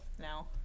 now